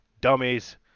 dummies